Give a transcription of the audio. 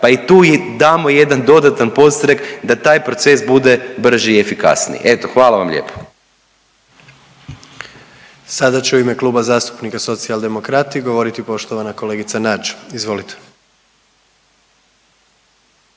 pa i tu im damo jedan dodatan podstrek da taj proces bude brži i efikasniji, eto hvala vam lijepo. **Jandroković, Gordan (HDZ)** Sada će u ime Kluba zastupnika Socijaldemokrati govoriti poštovana kolegica Nađ, izvolite.